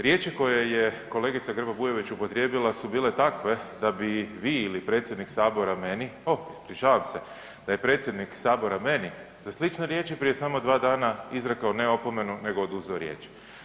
Riječi koje je kolegica Grba Bujević upotrijebila su bile takve da bi vi ili predsjednik Sabora meni, o ispričavam se, da je predsjednik Sabora meni za slične riječi prije samo dva dana izrekao ne opomenu, nego oduzeo riječ.